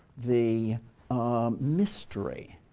the mystery,